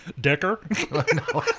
Decker